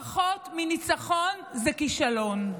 פחות מניצחון זה כישלון.